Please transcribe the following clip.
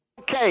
Okay